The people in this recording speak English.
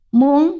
muốn